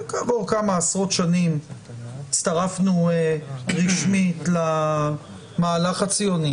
וכעבור כמה עשרות שנים הצטרפנו רשמית למהלך הציוני.